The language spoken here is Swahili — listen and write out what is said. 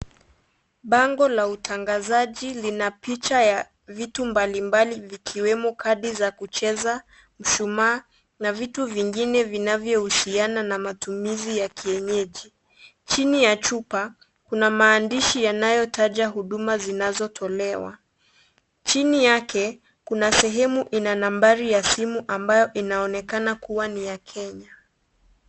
Bango la utangazaji lina picha ya vitu mbalimbali, zikiwemo kadi za kucheza, mshumaa na vitu vingine vinavyohusiana na matumizi ya kienyeji. Chini ya chupa kuna maandishi yanayotaja huduma zinazotolewa. Chini yake kuna sehemu ina nambari ya simu ambayo inaonekana kuwa ni ya Kenya.